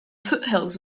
foothills